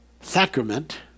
sacrament